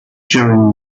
during